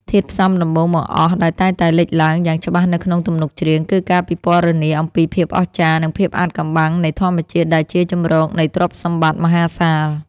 ធាតុផ្សំដំបូងបង្អស់ដែលតែងតែលេចឡើងយ៉ាងច្បាស់នៅក្នុងទំនុកច្រៀង គឺការពណ៌នាអំពីភាពអស្ចារ្យ និងភាពអាថ៌កំបាំងនៃធម្មជាតិដែលជាជម្រកនៃទ្រព្យសម្បត្តិមហាសាល។